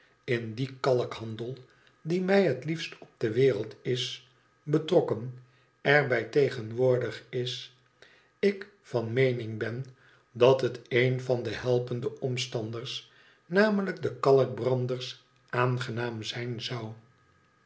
in dien kalkhandel die mij het liefst op de wereld is betrokken er bij tegenwoordig is ik van tneening ben dat het een van de helpende omstanders namelijk de kalkbranders aangenaam zijn zou